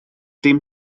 dim